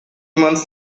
months